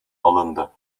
alındı